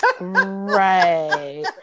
right